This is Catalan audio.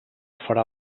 farà